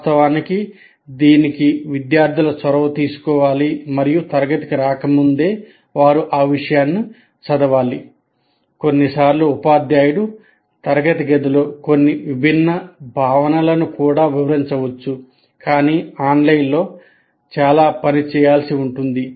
వాస్తవానికి దీనికి విద్యార్థులు చొరవ తీసుకోవాలి మరియు తరగతికి రాకముందే వారు ఆ విషయాన్ని చదవాలి కొన్నిసార్లు ఉపాధ్యాయుడు తరగతి గదిలో కొన్ని విభిన్న భావనలను కూడా వివరించవచ్చు కాని ఆన్లైన్లో చాలా పని చేయాల్సి ఉంటుంది